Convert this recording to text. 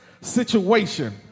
situation